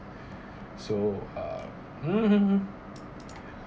so uh mmhmm